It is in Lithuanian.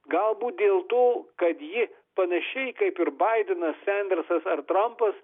galbūt dėl to kad ji panašiai kaip ir baidenas sendersas ar trampas